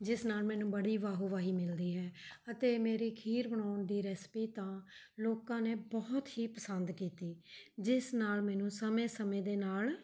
ਜਿਸ ਨਾਲ ਮੈਨੂੰ ਬੜੀ ਵਾਹੋ ਵਾਹੀ ਮਿਲਦੀ ਹੈ ਅਤੇ ਮੇਰੇ ਖੀਰ ਬਣਾਉਣ ਦੀ ਰੈਸਪੀ ਤਾਂ ਲੋਕਾਂ ਨੇ ਬਹੁਤ ਹੀ ਪਸੰਦ ਕੀਤੀ ਜਿਸ ਨਾਲ ਮੈਨੂੰ ਸਮੇਂ ਸਮੇਂ ਦੇ ਨਾਲ